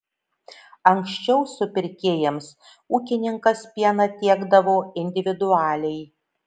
anksčiau supirkėjams ūkininkas pieną tiekdavo individualiai